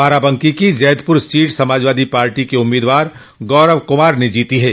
बाराबंकी की जैदपुर सीट सपा उम्मीदवार गौरव कुमार ने जीती है